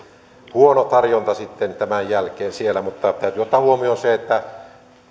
huono tarjonta sitten tämän jälkeen mutta täytyy ottaa huomioon se että